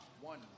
one